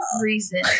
reason